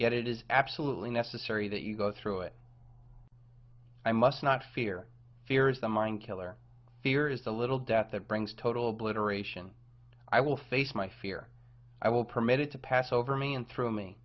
yet it is absolutely necessary that you go through it i must not fear fear is the mind killer fear is the little death that brings total obliteration i will face my fear i will permit it to pass over me and thr